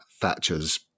Thatcher's